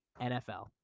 NFL